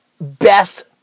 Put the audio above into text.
best